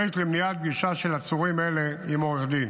והן למניעת פגישה עם עורך דין